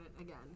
again